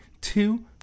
two